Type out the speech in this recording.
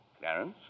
Clarence